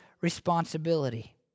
responsibility